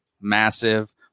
massive